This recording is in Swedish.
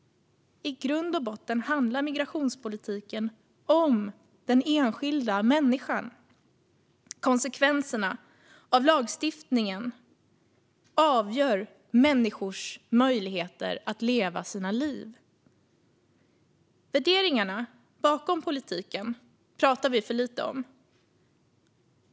I grund och botten handlar migrationspolitiken om den enskilda människan. Konsekvenserna av lagstiftningen avgör människors möjligheter att leva sina liv. Värderingarna bakom politiken pratar vi för lite om.